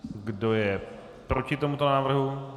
Kdo je proti tomuto návrhu?